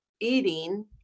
eating